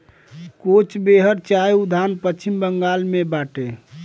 कोच बेहर चाय उद्यान पश्चिम बंगाल में बाटे